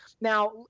now